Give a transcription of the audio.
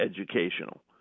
educational